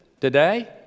today